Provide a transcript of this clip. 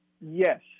Yes